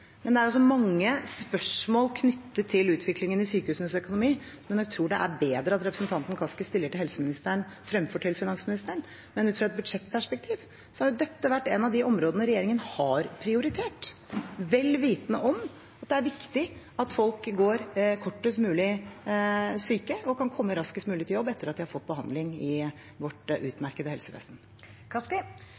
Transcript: Det er mange spørsmål knyttet til utviklingen i sykehusenes økonomi som jeg nok tror det er bedre at representanten Kaski stiller til helseministeren fremfor til finansministeren. Ut fra et budsjettperspektiv har dette vært et av de områdene regjeringen har prioritert, vel vitende om at det er viktig at folk går kortest mulig syke og kan komme raskest mulig i jobb etter at de har fått behandling i vårt utmerkede